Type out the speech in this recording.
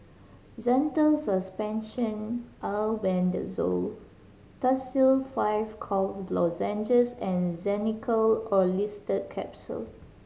Zental Suspension Albendazole Tussil Five Cough Lozenges and Zenical Orlistat Capsule